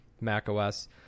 MacOS